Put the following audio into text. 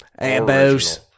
Abos